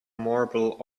marble